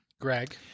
Greg